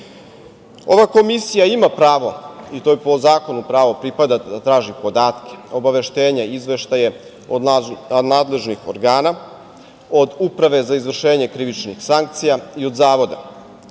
Komisija ima pravo, i to joj po zakonu pravo pripada, da traži podatke, obaveštenja, izveštaje od nadležnih organa, od Uprave za izvršenje krivičnih sankcija i od zavoda.